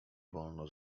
wolno